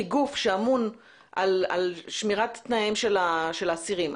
כגוף שאמון על שמירת תנאיהם של האסירים,